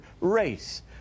race